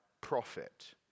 profit